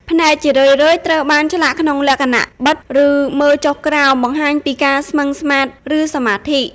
ភ្នែកជារឿយៗត្រូវបានឆ្លាក់ក្នុងលក្ខណៈ បិទ ឬមើលចុះក្រោម បង្ហាញពីការស្មឹងស្មាត ឬសមាធិ។